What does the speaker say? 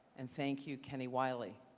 and thank you kenny wiley.